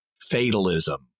fatalism